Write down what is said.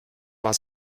war